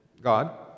God